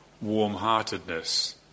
warm-heartedness